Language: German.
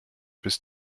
bis